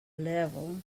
level